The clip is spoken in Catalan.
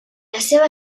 seva